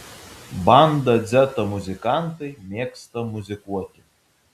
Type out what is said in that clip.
banda dzeta muzikantai mėgsta muzikuoti